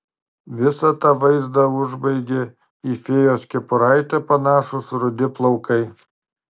visą tą vaizdą užbaigė į fėjos kepuraitę panašūs rudi plaukai